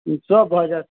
सब भऽ जाएत